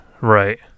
right